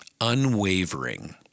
unwavering